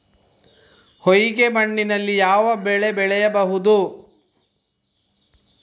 ಹೊಯ್ಗೆ ಮಣ್ಣಿನಲ್ಲಿ ಯಾವ ಬೆಳೆ ಬೆಳೆಯಬಹುದು?